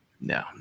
No